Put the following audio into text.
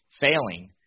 failing